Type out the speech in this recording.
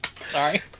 Sorry